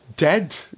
Dead